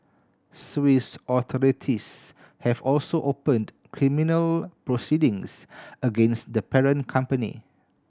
Swiss authorities have also opened criminal proceedings against the parent company